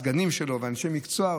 הסגנים שלו ואנשי מקצוע.